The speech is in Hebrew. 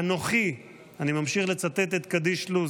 "אנוכי" אני ממשיך לצטט את קדיש לוז,